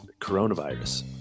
coronavirus